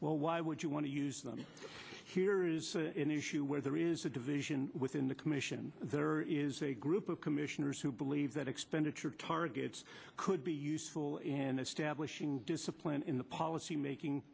well why would you want to use them here is an issue where there is a division within the commission there is a group of commissioners who believe that expenditure targets could be useful and establishing discipline in the policy making